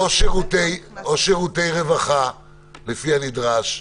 אפשר להוסיף: "...או שירותי רווחה לפי הנדרש".